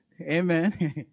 Amen